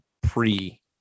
pre